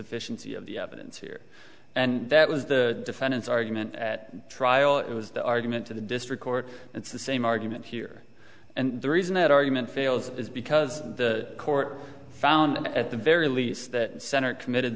sufficiency of the evidence here and that was the defendant's argument at trial it was the argument to the district court it's the same argument here and the reason that argument fails is because the court found at the very least that center committed